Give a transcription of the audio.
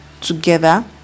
together